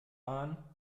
waren